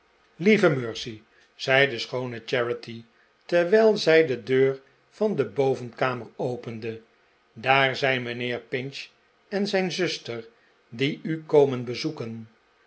lieve mercy zei de schoone charity terwijl zij de deur van de bovenvoorkamer opende daar zijn mijnheer pinch en zijn zuster die u komen bezoeken